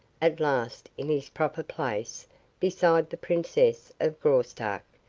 at last in his proper place beside the princess of graustark,